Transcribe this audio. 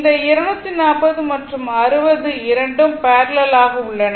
இந்த 240 மற்றும் 60 இரண்டும் பேரலல் ஆக உள்ளன